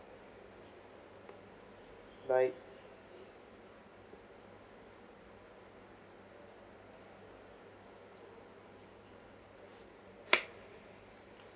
bye